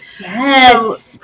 yes